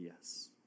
yes